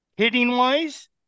Hitting-wise